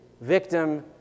victim